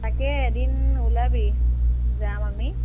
তাকে এদিন ওলাবি যাম আমি